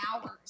hours